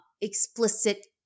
explicit